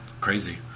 Crazy